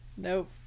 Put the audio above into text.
Nope